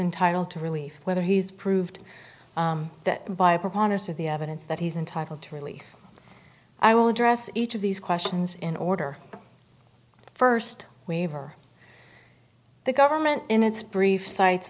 entitled to relief whether he's proved that by a preponderance of the evidence that he's entitled to relief i will address each of these questions in order first waiver the government in its brief cites